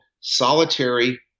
solitary